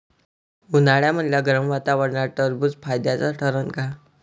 उन्हाळ्यामदल्या गरम वातावरनात टरबुज फायद्याचं ठरन का?